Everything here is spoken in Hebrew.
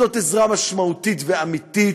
זאת עזרה משמעותית ואמיתית,